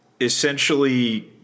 essentially